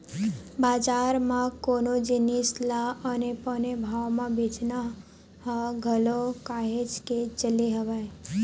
बजार म कोनो जिनिस ल औने पौने भाव म बेंचना ह घलो काहेच के चले हवय